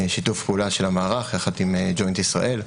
שיתוף פעולה של המערך יחד עם ג'וינט ישראל.